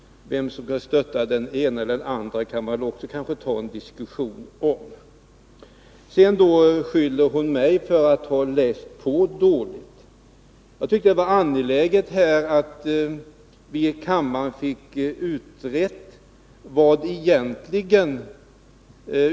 Vem som skall stötta den ene eller den andre kan man kanske också ta upp en diskussion om. Sedan skyller hon mig för att ha läst på dåligt. Jag tycker att det var angeläget att vi i kammaren fick utrett vad utskottsmajoriteten egentligen menar.